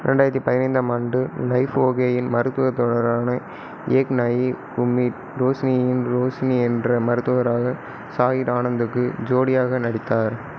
ரெண்டாயிரத்தி பதினைந்தாம் ஆண்டு லைஃப் ஓகேயின் மருத்துவத் தொடரான ஏக் நயி உம்மீட் ரோஷினியின் ரோஷினி என்ற மருத்துவராக சாஹிர் ஆனந்துக்கு ஜோடியாக நடித்தார்